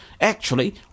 Actually